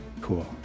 Cool